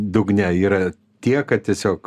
dugne yra tiek kad tiesiog